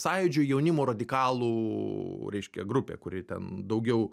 sąjūdžio jaunimo reiškia grupė kuri ten daugiau